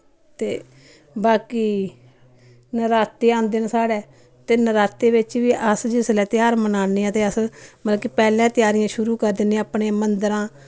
ते बाकी नराते औंदे न साढ़े ते नरातें बिच बी अस जिसलै तेहार मनान्ने आं ते अस मतलब कि पैह्लें तेआरियां शुरू करी दिन्ने अपने मंदरां